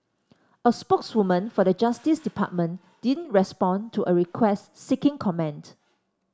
a spokeswoman for the Justice Department didn't respond to a request seeking comment